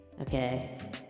Okay